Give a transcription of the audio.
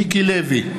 מיקי לוי,